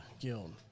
guild